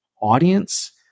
audience